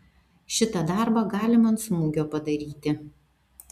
šitą darbą galima ant smūgio padaryti